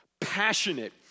passionate